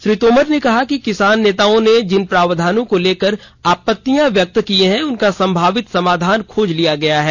श्री तोमर ने कहा कि किसान नेताओं ने जिन प्रावधानों को लेकर आपत्तियां व्यक्त की हैं उनका संभावित समाधान खोज लिया गया है